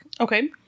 Okay